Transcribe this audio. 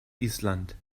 island